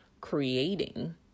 creating